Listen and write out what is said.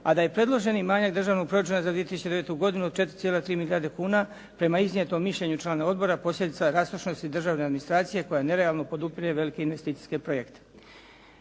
a da je predloženi manjak Državnog proračuna za 2009. godinu od 4,3 milijarde kuna prema iznijetom mišljenju članova odbora posljedica rastrošnosti državne administracije koja nerealno podupire velike investicijske projekte.